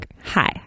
hi